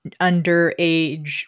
underage